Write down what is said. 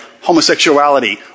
homosexuality